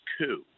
coup